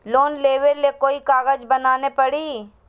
Loan लेबे ले कोई कागज बनाने परी?